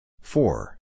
four